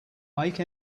make